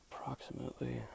Approximately